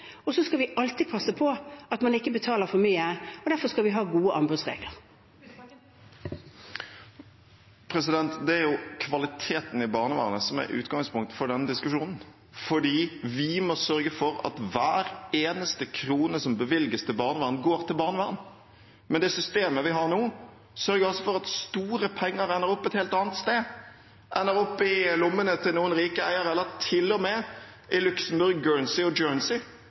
Så skal vi alltid passe på at man ikke betaler for mye, og derfor skal vi ha gode anbudsregler. Det er kvaliteten i barnevernet som er utgangspunktet for denne diskusjonen. Vi må sørge for at hver eneste krone som bevilges til barnevernet, går til barnevern. Men det systemet vi har nå, sørger for at store penger renner bort et helt annet sted og ender opp i lommene til noen rike eiere, eller til og med i Luxembourg, Guernsey og